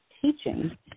teaching